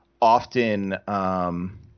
often –